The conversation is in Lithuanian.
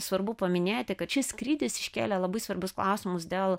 svarbu paminėti kad šis skrydis iškėlė labai svarbius klausimus dėl